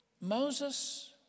Moses